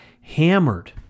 hammered